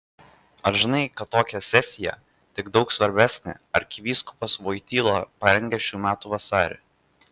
ar žinai kad tokią sesiją tik daug svarbesnę arkivyskupas voityla parengė šių metų vasarį